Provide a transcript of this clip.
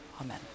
Amen